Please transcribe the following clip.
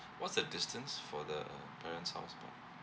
what's the distance for the parents' house be